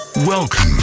Welcome